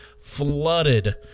flooded